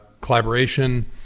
collaboration